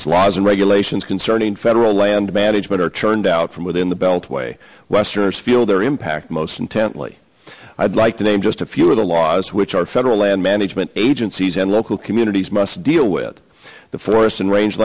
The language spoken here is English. as laws and regulations concerning federal land management are turned out from within the beltway westerners feel their impact most intently i'd like to name just a few of the laws which are federal land management agencies and local communities must deal with the forest and range